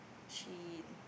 she